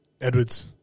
Edwards